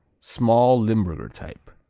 small, limburger type.